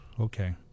Okay